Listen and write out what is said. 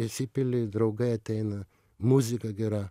įsipili draugai ateina muzika gera